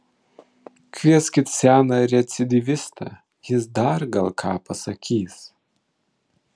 kvieskit seną recidyvistą jis dar gal ką pasakys